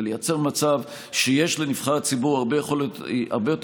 לייצר מצב שיש לנבחר הציבור הרבה יותר